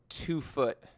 two-foot